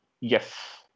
Yes